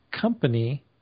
company